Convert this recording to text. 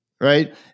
right